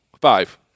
Five